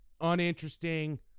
uninteresting